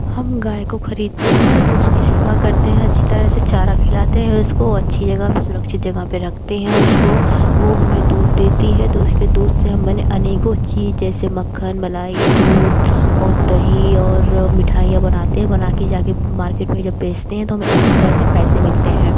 हम गाय को ख़रीदते हैं और उसकी सेवा करते हैं अच्छी तरह से चारा खिलाते हैं उसको अच्छी जगह पर सुरक्षित जगह पर रखते हैं उसको वो हमें दूध देती है तो उसके दूध से हम बने अनेकों चीज़ जैसे मक्खन मलाई दूध और दही और मिठाइयाँ बनाते हैं बना कर जा के मार्केट में जब बेचते हैं तो हमे अच्छी तरह से पैसे मिलते हैं